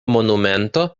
monumento